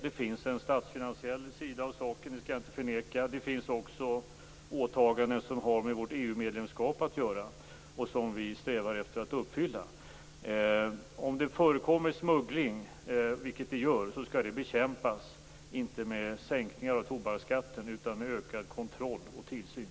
Det finns en statsfinansiell sida av saken, det skall jag inte förneka. Det finns också åtaganden som har med vårt EU-medlemskap att göra och som vi strävar efter att uppfylla. Om det förekommer smuggling, vilket det gör, skall den bekämpas, inte med sänkningar av tobaksskatten utan med ökad kontroll och tillsyn.